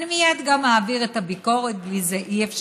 אני מייד גם אעביר את הביקורת, בלי זה אי-אפשר,